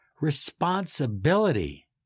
responsibility